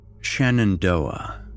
Shenandoah